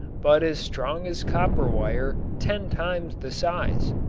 but as strong as copper wire ten times the size.